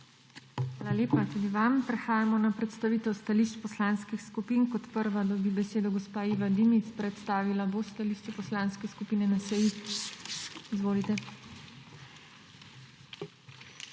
Hvala lepa tudi vam. Prehajamo na predstavitev stališč poslanskih skupin. Kot prva dobi besedo gospa Iva Dimic. Predstavila bo stališče Poslanske skupine NSi. Izvolite.